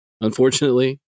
Unfortunately